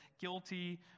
guilty